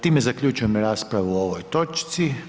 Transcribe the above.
Time zaključujem raspravu o ovoj točci.